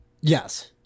Yes